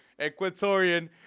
Equatorian